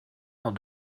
dans